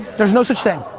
there's no such thing.